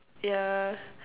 yeah